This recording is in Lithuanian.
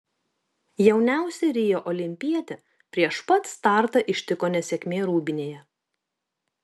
jauniausią rio olimpietę prieš pat startą ištiko nesėkmė rūbinėje